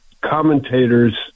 commentators